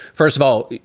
first of all,